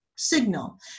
Signal